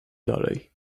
dalej